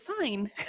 sign